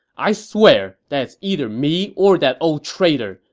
i swear that it's either me or that old traitor!